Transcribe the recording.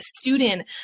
student